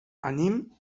anem